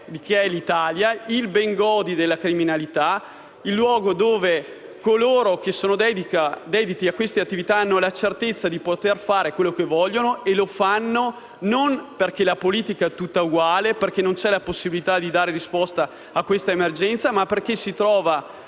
ciò che è l'Italia. Il Bengodi della criminalità, il luogo dove coloro che sono dediti a queste attività hanno la certezza di poter fare ciò che vogliono e lo fanno. E lo fanno, non perché la politica sia tutta uguale o perché non ci sia la possibilità di dare risposte a questa emergenza, ma perché si trova